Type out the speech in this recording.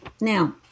now